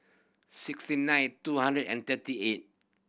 sixty nine two hundred and thirty eight